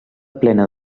plena